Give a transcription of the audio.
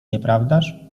nieprawdaż